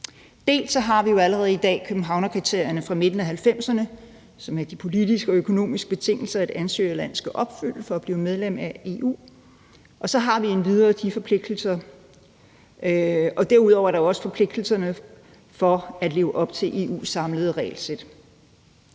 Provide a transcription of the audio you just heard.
Dels har vi jo allerede i dag Københavnerkriterierne fra midten af 1990’erne, som er de politiske og økonomiske betingelser, et ansøgerland skal opfylde for at blive medlem af EU, dels er der forpligtelserne til at leve op til EU's samlede regelsæt.